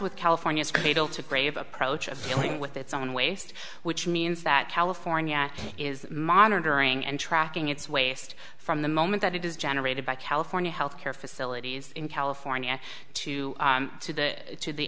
with california's cradle to grave approach of sealing with its own waste which means that california is monitoring and tracking its waste from the moment that it is generated by california health care facilities in california to to the to the